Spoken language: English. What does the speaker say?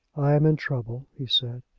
i am in trouble, he said.